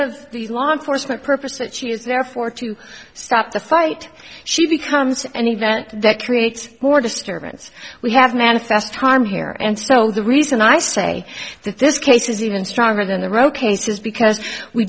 of these law enforcement purpose that she is therefore to stop the fight she becomes an event that creates more disturbance we have now time here and so the reason i say that this case is even stronger than the roe case is because we